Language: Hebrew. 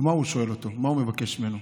ומה הוא שואל אותו, מה הוא מבקש ממנו?